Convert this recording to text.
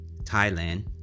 Thailand